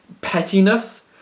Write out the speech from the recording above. pettiness